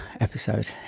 episode